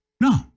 no